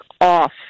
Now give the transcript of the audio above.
off